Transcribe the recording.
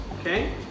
okay